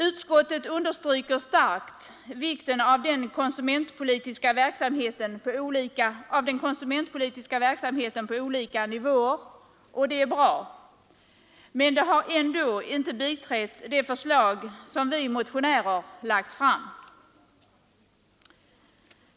Utskottet understryker starkt vikten av den konsumentpolitiska verksamheten på olika nivåer, och det är bra, men utskottet har ändå inte biträtt det förslag som vi motionärer lagt fram.